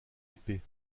épée